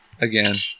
again